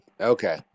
Okay